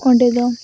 ᱚᱸᱰᱮᱫᱚ